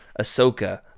Ahsoka